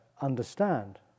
understand